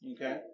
Okay